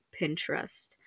Pinterest